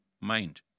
mind